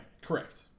correct